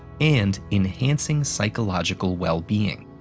and enhancing psychological well-being.